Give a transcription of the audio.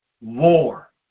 war